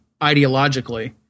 ideologically